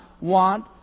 want